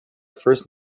first